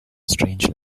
strange